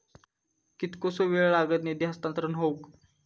कितकोसो वेळ लागत निधी हस्तांतरण हौक?